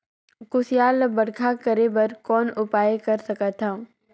कुसियार ल बड़खा करे बर कौन उपाय कर सकथव?